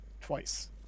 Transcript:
twice